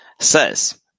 says